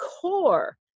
core